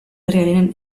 herriaren